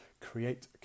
create